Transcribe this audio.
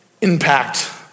impact